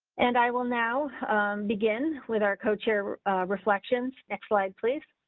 and i will now begin with our co chair reflections next slide. please.